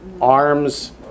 arms